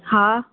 हा